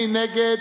מי נגד?